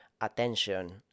attention